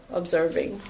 observing